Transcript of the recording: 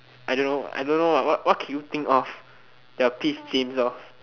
I don't know I don't know what can you think of that piss James off